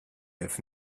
have